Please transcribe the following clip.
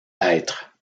hêtre